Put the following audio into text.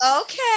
okay